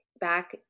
back